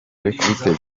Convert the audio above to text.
kubitekerezaho